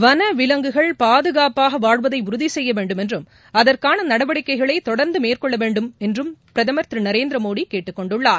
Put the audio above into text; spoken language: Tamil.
வினவிலங்குகள் பாதுகாப்பாக வாழ்வதை உறுதி செய்ய வேண்டுமென்றும் அதற்கான நடவடிக்கைகளை தொடர்ந்து மேற்கொள்ள வேண்டுமென்றும் பிரதமர் திரு நரேந்திரமோடி கேட்டுக் கொண்டுள்ளார்